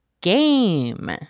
game